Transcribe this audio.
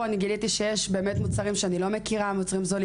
גיליתי שיש מוצרים זולים יותר שאני לא מכירה.